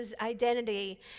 identity